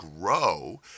grow